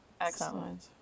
Excellent